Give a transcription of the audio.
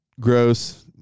gross